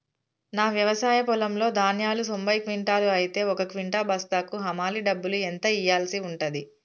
నా వ్యవసాయ పొలంలో ధాన్యాలు తొంభై క్వింటాలు అయితే ఒక క్వింటా బస్తాకు హమాలీ డబ్బులు ఎంత ఇయ్యాల్సి ఉంటది?